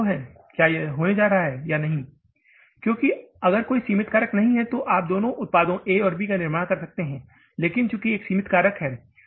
क्या यह संभव है या यह होने जा रहा है या नहीं क्योंकि अगर कोई सीमित कारक नहीं है तो आप दोनों उत्पादों ए और बी का निर्माण कर सकते हैं लेकिन चूंकि एक सीमित कारक है